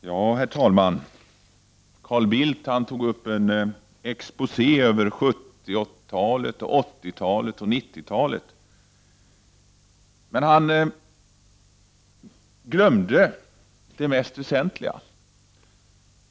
Herr talman! Carl Bildt gjorde en exposé över 1970-, 1980 och 1990-talet. Men han glömde det mest väsentliga.